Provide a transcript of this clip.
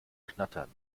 knattern